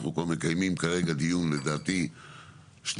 אנחנו כבר מקיימים כרגע דיון לדעתי שלישי.